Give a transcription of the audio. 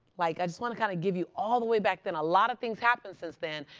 like, i just want to kind of give you all the way back then. a lot of things happened since then.